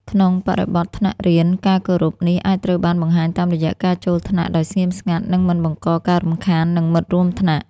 ក្នុងបរិបទថ្នាក់រៀន ការគោរពនេះអាចត្រូវបានបង្ហាញតាមរយៈការចូលថ្នាក់ដោយស្ងៀមស្ងាត់ និងមិនបង្កការរំខាននឹងមិត្តរួមថ្នាក់។